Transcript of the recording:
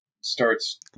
starts